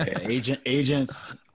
Agents